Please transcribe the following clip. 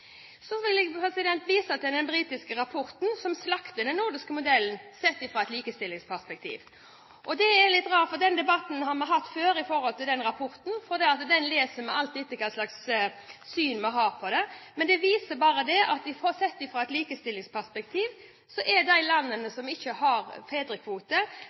Så vil jeg vise til den britiske rapporten som slakter den nordiske modellen sett fra et likestillingsperspektiv. Det er litt rart – den debatten har vi hatt før om den rapporten, og den leser vi alt etter hva slags syn vi har på det. Men den viser at sett fra et likestillingsperspektiv har de landene som ikke har fedrekvote,